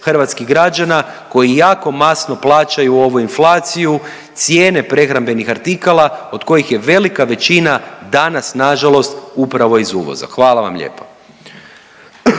hrvatskih građana koji jako masno plaćaju ovu inflaciju, cijene prehrambenih artikala od kojih je velika većina danas na žalost upravo iz uvoza. Hvala vam lijepa.